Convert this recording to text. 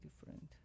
different